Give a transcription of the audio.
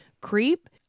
creep